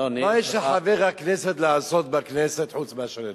מה יש לחבר הכנסת לעשות בכנסת חוץ מאשר לדבר?